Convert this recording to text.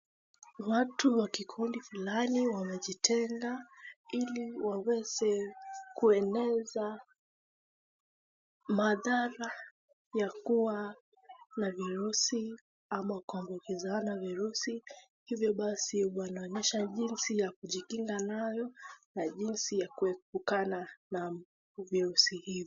Watu wakikundi fulani wamejitenga ili wa weze kueneza madhara ya kuwa na virusi ama kuambukizana virusi hivyo basi wanaonesha jinsi ya kujikinga nayo na jinsi ya kuepukana na virusi hivi.